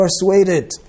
persuaded